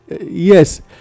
Yes